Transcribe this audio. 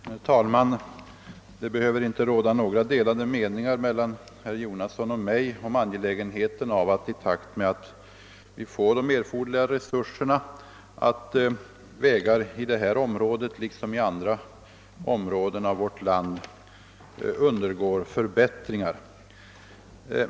Herr talman! Det råder inte några delade meningar mellan herr Jonasson och mig om angelägenheten av att vi får de erforderliga resurserna för att vägarna i detta liksom i andra områden av vårt land skall kunna förbättras.